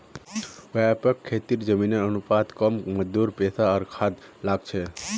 व्यापक खेतीत जमीनेर अनुपात कम मजदूर पैसा आर खाद लाग छेक